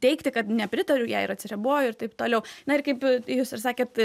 teigti kad nepritariu jai ir atsiriboju ir taip toliau na ir kaip jūs ir sakėt